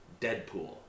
deadpool